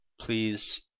Please